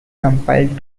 compiled